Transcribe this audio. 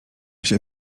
się